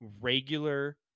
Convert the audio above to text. regular